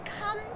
Come